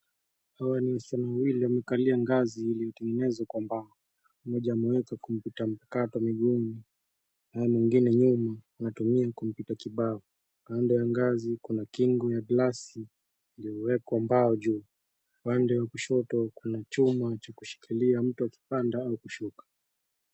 Hawa ni wasichana wawili wamekalia gazi iliyotegenezwa kwa mbao. Mmoja ameweka komputa mpakato mguuni na mwengine nyuma anatumia komputa kibao, kando ya gazi kuna kingo ya glasi iliyowekwa bao juu upande wa kushoto kuna chuma cha kushikilia mtu kupanda au kushuka.